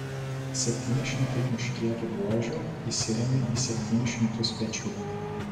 septyni šimtai muškietų buožių įsirėmė į septynis šimtus pečių